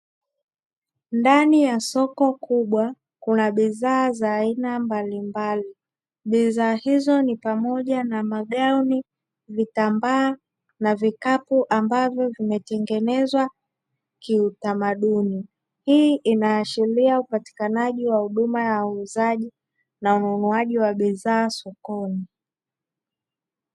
Ndani ya soko kubwa kuna bidhaa za aina mbalimbali. Bidhaa hizo ni pamoja na magauni, vitambaa, na vikapu ambavyo vimetengenezwa kiutamaduni. Hii inaashiria upatikanaji wa huduma ya uuzaji na ununuaji wa bidhaa sokoni.